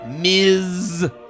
Ms